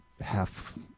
half